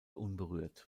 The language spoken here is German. unberührt